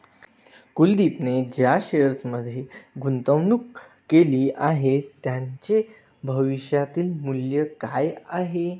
कुलदीपने ज्या शेअर्समध्ये गुंतवणूक केली आहे, त्यांचे भविष्यातील मूल्य काय आहे?